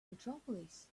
metropolis